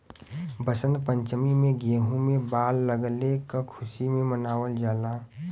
वसंत पंचमी में गेंहू में बाल लगले क खुशी में मनावल जाला